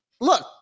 look